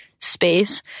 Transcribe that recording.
space